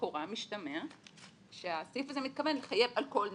לכאורה משתמע שהסעיף הזה מתכוון לחייב על כל נזק.